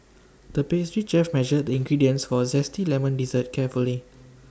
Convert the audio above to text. the pastry chef measured the ingredients for A Zesty Lemon Dessert carefully